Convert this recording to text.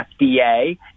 FDA